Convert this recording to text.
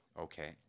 Okay